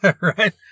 Right